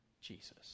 Jesus